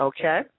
Okay